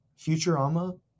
Futurama